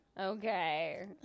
okay